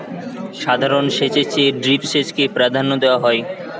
সাধারণ সেচের চেয়ে ড্রিপ সেচকে প্রাধান্য দেওয়া হয়